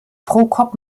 prokop